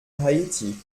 haiti